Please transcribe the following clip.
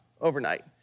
overnight